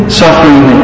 suffering